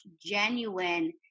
genuine